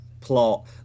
plot